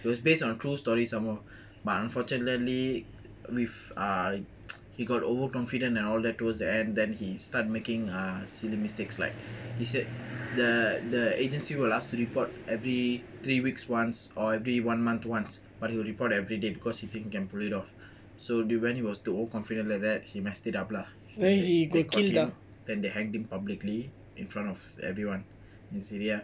it was based on true story some more but unfortunately with err he got overconfident and all that towards the end then he start making ah silly mistakes like he said the the agency will last to report every three weeks once or every one month once but he would report everyday because he think he can pull it off so in the end he was too over confident like that he messed it up lah then they caught him they hanged him publicly in front of everyone in syria